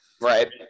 right